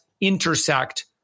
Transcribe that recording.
intersect